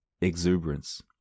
exuberance